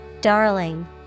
Darling